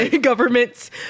government's